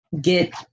get